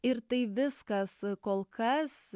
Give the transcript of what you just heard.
ir tai viskas kol kas